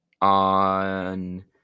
on